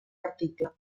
article